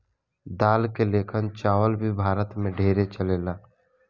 दाल के लेखन चावल भी भारत मे ढेरे चलेला